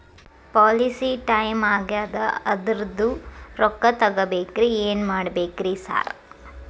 Policy time ಆಗ್ಯಾದ ಅದ್ರದು ರೊಕ್ಕ ತಗಬೇಕ್ರಿ ಏನ್ ಮಾಡ್ಬೇಕ್ ರಿ ಸಾರ್?